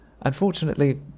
unfortunately